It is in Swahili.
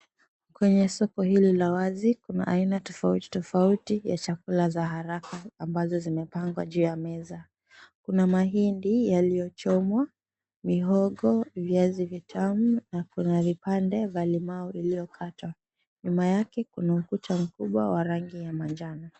Kwenye soko hili la wazi, kuna aina tofauti tofauti ya chakula za haraka ambazo zimepangwa juu ya meza. Kuna mahindi yaliyochomwa, mihogo, viazi vitamu na kuna vipande vya limau iliyokatwa. Nyuma yake kuta mkubwa ya rangi ya manjano.